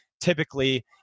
typically